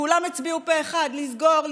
כולם הצביעו פה אחד לסגור,